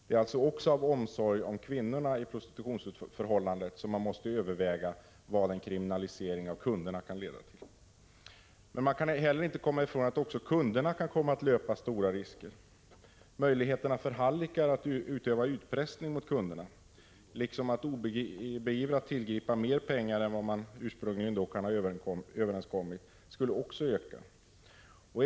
Det är alltså också av omsorg om kvinnorna i prostitutionsförhållandet som man måste betänka vad en kriminalisering av kunderna kan leda till. Men man kan inte heller komma ifrån att också kunderna kan komma att löpa stora risker. Möjligheterna för hallickar att utöva utpressning mot kunderna liksom att obeivrat tillgripa mer pengar än vad som ursprungligen överenskommits skulle givetvis öka.